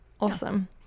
awesome